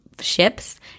ships